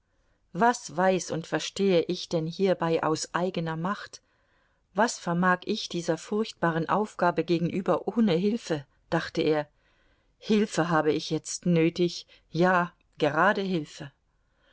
was weiß und verstehe ich denn hierbei aus eigener macht was vermag ich dieser furchtbaren aufgabe gegenüber ohne hilfe dachte er hilfe habe ich jetzt nötig ja gerade hilfe